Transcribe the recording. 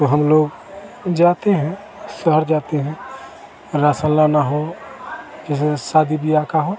और हम लोग जाते हैं शहर जाते हैं रासन लाना हो जेसे शादी बियाह का हो